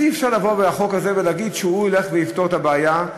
אז אי-אפשר לבוא לחוק הזה ולהגיד שהוא יפתור את הבעיה.